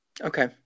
okay